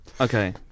Okay